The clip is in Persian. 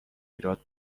ایراد